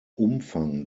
umfang